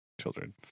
children